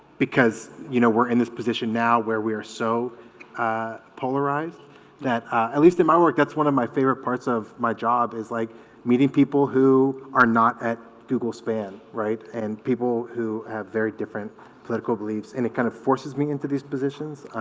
because you know we're in this position now where we are so polarized that at least in my work that's one of my favorite parts of my job is like meeting people who are not at google span right and people who have very different political beliefs and it kind of forces me into these positions